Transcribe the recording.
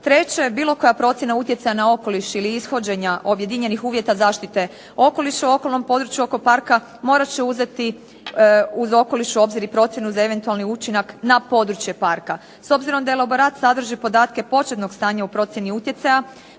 Treće, bilo koja procjena utjecaja na okoliš ili ishođenja objedinjenih uvjeta zaštite okoliša u okolnom području oko parka morat će uzeti uz okoliš u obzir i procjenu za eventualni učinak na područje parka. S obzirom da elaborat sadrži podatke početnog stanja u procjeni utjecaja